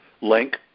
link